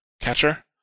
catcher